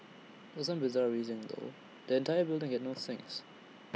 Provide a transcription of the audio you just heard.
for some bizarre reason though the entire building had no sinks